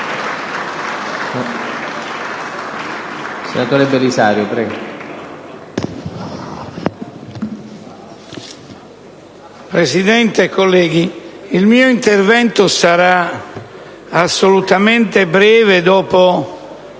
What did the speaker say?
Presidente, onorevoli colleghi, il mio intervento sarà assolutamente breve, dopo